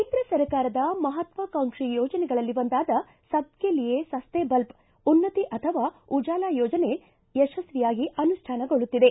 ಕೇಂದ್ರ ಸರ್ಕಾರದ ಮಹತ್ವಾಕಾಂಕ್ಷಿ ಯೋಜನೆಗಳಲ್ಲಿ ಒಂದಾದ ಸಬ್ ಕೆ ಲಿಯೆ ಸಸ್ತೆ ಬಲ್ಟ್ ಉನ್ನತಿ ಅಥವಾ ಉಜಾಲಾ ಯೋಜನೆ ಯಶಸ್ವಿಯಾಗಿ ಅನುಷ್ಠಾನಗೊಳ್ಳುತ್ತಿದೆ